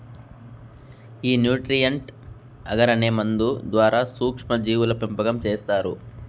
ఈ nutrient agar అనే మందు ద్వారా సూక్ష్మ జీవుల పెంపకం చేస్తారు